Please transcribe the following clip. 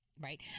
right